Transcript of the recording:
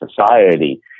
society